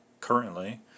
currently